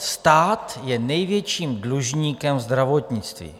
Stát je největším dlužníkem zdravotnictví.